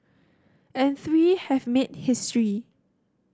and three have made history